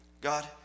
God